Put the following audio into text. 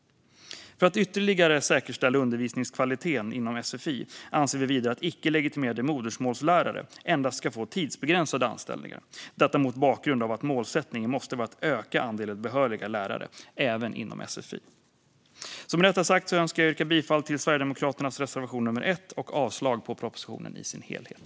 För att ytterligare säkerställa undervisningskvaliteten inom sfi anser vi vidare att icke legitimerade modersmålslärare endast ska få tidsbegränsade anställningar, mot bakgrund av att målsättningen måste vara att öka andelen behöriga lärare även inom sfi. Med detta sagt önskar jag yrka bifall till Sverigedemokraternas reservation nr 1 och avslag på propositionen i dess helhet.